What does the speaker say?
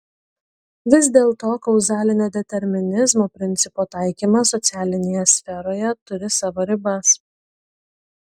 vis dėlto kauzalinio determinizmo principo taikymas socialinėje sferoje turi savo ribas